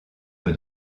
peu